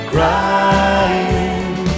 Crying